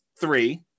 three